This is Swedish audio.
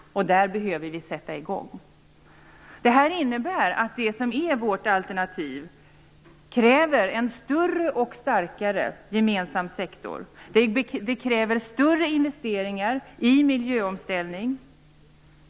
Där behöver vi sätta i gång. Det innebär att vårt alternativ kräver en större och starkare gemensam sektor och större investeringar i miljöomställning.